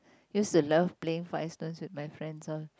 used to love playing five stones with my friends all